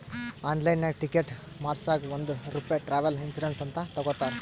ಆನ್ಲೈನ್ನಾಗ್ ಟಿಕೆಟ್ ಮಾಡಸಾಗ್ ಒಂದ್ ರೂಪೆ ಟ್ರಾವೆಲ್ ಇನ್ಸೂರೆನ್ಸ್ ಅಂತ್ ತಗೊತಾರ್